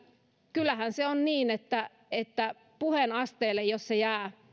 kyllähän se on niin että jos se puheen asteelle jää